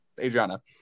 Adriana